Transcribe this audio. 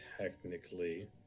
Technically